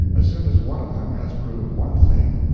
as soon as one of them has proved one thing,